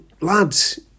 lads